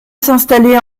s’installer